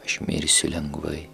aš mirsiu lengvai